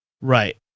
Right